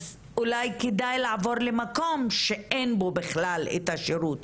אז אולי כדאי לעבור למקום שאין בו בכלל את השירות,